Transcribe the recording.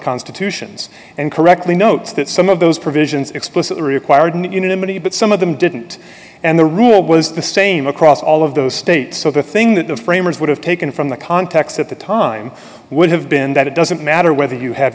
constitutions and correctly notes that some of those provisions explicitly required unanimity but some of them didn't and the rule was the same across all of those states so the thing that the framers would have taken from the context at the time would have been that it doesn't matter whether you have